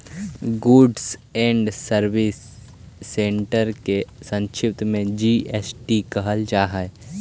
goods and service test के संक्षेप में जी.एस.टी कहल जा हई